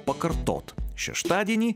pakartot šeštadienį